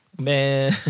Man